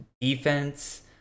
defense